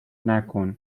نکن